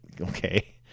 okay